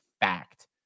fact